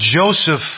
Joseph